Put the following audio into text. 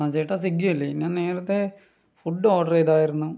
ആ ചേട്ടാ സ്വിഗ്ഗിയല്ലേ ഞാൻ നേരത്തെ ഫുഡ് ഓർഡർ ചെയ്തായിരുന്നു